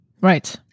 Right